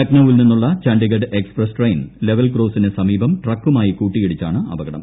ലക്നൌവിൽ നിന്നുളള Chandigarh express train level ക്രോസിനു സമീപം ട്രക്കുമായി കൂട്ടിയിടിച്ചാണ് അപകടം